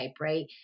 right